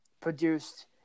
produced